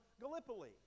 Gallipoli